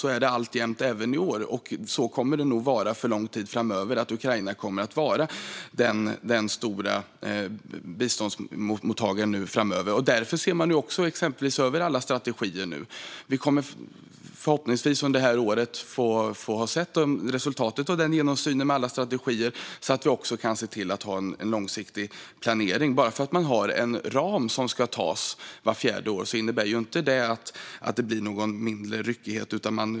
Så är det även i år, och så kommer det nog att vara under lång tid framöver - Ukraina kommer att vara den stora biståndsmottagaren framöver. Därför ses nu alla strategier över. Vi kommer förhoppningsvis att under det här året få se resultatet av denna översyn av alla strategier, så att vi kan se till att ha en långsiktig planering. Att man har en ram som det ska beslutas om vart fjärde år innebär ju inte att det blir mindre ryckighet.